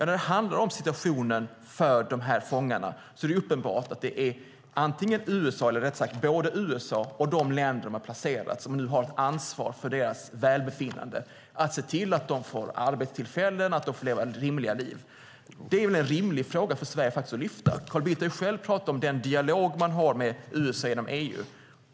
När det handlar om situationen för dessa fångar är det uppenbart att det är både USA och de länder där de har placerats som nu har ansvar för deras välbefinnande. Det handlar om att se till att de får arbetstillfällen och få leva rimliga liv. Det är en rimlig fråga för Sverige att lyfta. Carl Bildt har själv talat om den dialog man har med USA genom EU.